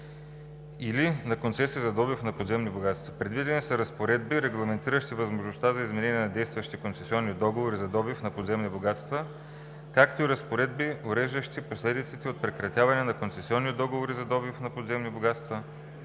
или на концесия за добив на подземни богатства; предвидени са разпоредби, регламентиращи възможността за изменение на действащи концесионни договори за добив на подземни богатства, както и разпоредби, уреждащи последиците от прекратяване на концесионни договори за добив на подземни богатства,